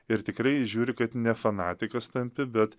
ir tikrai žiūri kad ne fanatikas tampi bet